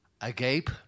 agape